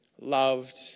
loved